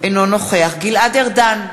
אינו נוכח גלעד ארדן,